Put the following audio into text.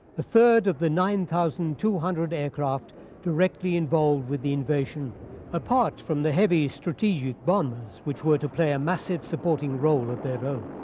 a third of the nine thousand two hundred aircraft directly involved with the invasion apart from the heavy strategic bombers which were to play a massive supporting role of their own.